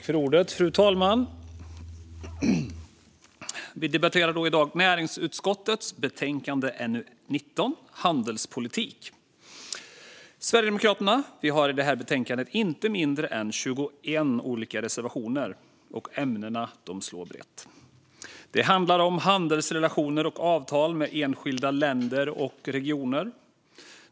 Fru talman! Vi debatterar i dag näringsutskottets betänkande NU19 Handelspolitik . Sverigedemokraterna har i detta betänkande inte mindre än 21 olika reservationer, och ämnena slår brett. Det handlar om handelsrelationer och avtal med enskilda länder och regioner.